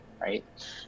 right